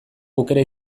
aukera